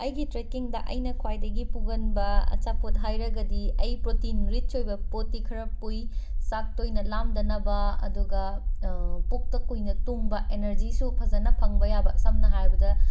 ꯑꯩꯒꯤ ꯇ꯭ꯔꯦꯀꯤꯡꯗ ꯑꯩꯅ ꯈ꯭ꯋꯥꯏꯗꯒꯤ ꯄꯨꯒꯟꯕ ꯑꯆꯥꯄꯣꯠ ꯍꯥꯏꯔꯒꯗꯤ ꯑꯩ ꯄ꯭ꯔꯣꯇꯤꯟ ꯔꯤꯆ ꯑꯣꯏꯕ ꯄꯣꯠꯇꯤ ꯈꯔ ꯄꯨꯏ ꯆꯥꯛ ꯇꯣꯏꯅ ꯂꯥꯝꯗꯅꯕ ꯑꯗꯨꯒ ꯄꯨꯛꯇ ꯀꯨꯏꯅ ꯇꯨꯡꯕ ꯑꯦꯅꯔꯖꯤꯁꯨ ꯐꯖꯅ ꯐꯪꯕ ꯌꯥꯕ ꯁꯝꯅ ꯍꯥꯏꯔꯕꯗ